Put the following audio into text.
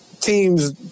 teams